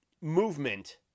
movement